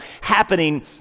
happening